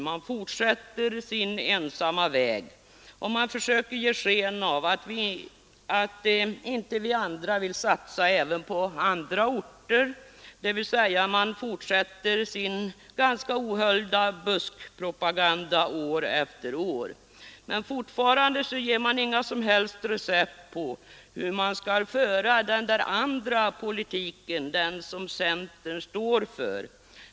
Man vandrar vidare på sin ensamma väg och försöker ge sken av att vi andra inte vill satsa även på övriga orter — dvs. man fortsätter sin ganska ohöljda buskpropaganda år efter år. Men fortfarande ger man inga som helst recept på hur den där andra politiken skall föras, den som centern står för.